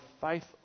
faith